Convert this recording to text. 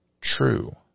true